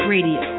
Radio